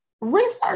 research